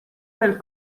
del